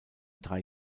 drei